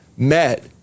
met